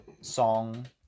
song